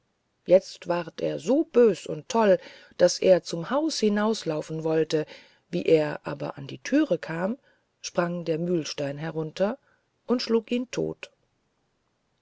da ward er so bös und toll daß er zum haus hinaus laufen wollte wie er aber an die thüre kam sprang der mühlstein herunter und schlug ihn todt